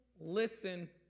listen